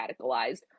radicalized